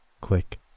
Click